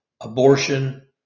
abortion